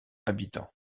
habitants